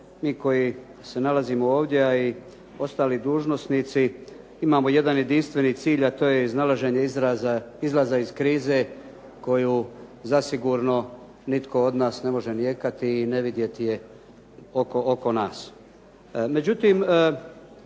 mi koji se nalazimo ovdje, a i ostali dužnosnici imamo jedan jedinstveni cilj, a to je iznalaženje izlaza iz krize koju zasigurno nitko od nas ne može nijekati i ne vidjeti je oko nas.